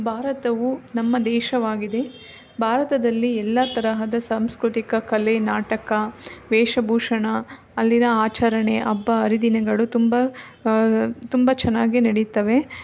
ಭಾರತವು ನಮ್ಮ ದೇಶವಾಗಿದೆ ಭಾರತದಲ್ಲಿ ಎಲ್ಲ ತರಹದ ಸಾಂಸ್ಕೃತಿಕ ಕಲೆ ನಾಟಕ ವೇಷಭೂಷಣ ಅಲ್ಲಿನ ಆಚರಣೆ ಹಬ್ಬ ಹರಿದಿನಗಳು ತುಂಬ ತುಂಬ ಚೆನ್ನಾಗಿ ನಡಿತವೆ